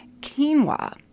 Quinoa